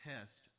test